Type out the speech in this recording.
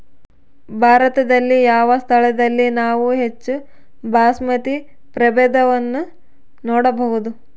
ಭಾರತದಲ್ಲಿ ಯಾವ ಸ್ಥಳದಲ್ಲಿ ನಾವು ಹೆಚ್ಚು ಬಾಸ್ಮತಿ ಪ್ರಭೇದವನ್ನು ನೋಡಬಹುದು?